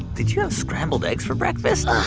did you have scrambled eggs for breakfast? ugh,